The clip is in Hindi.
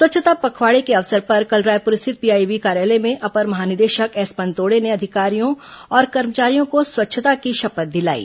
स्वच्छता पखवाड़ा के अवसर पर कल रायपुर स्थित पीआईबी कार्यालय में अपर महानिदेशक एसएस पनतोड़े ने अधिकारियों और कर्मचारियों को स्वच्छता की शपथ दिलाई